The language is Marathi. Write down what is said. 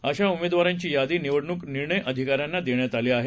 अशाउमेदवारांचीयादीनिवडणूकनिर्णयअधिकाऱ्यांनादेण्यातआलीआहे